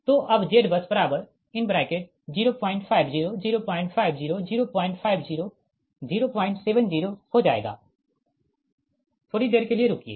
तो अब ZBUS050 050 050 070 हो जाएगा थोड़ी देर के लिए रुकिए